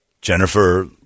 Jennifer